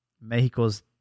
mexico's